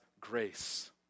grace